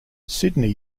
sidney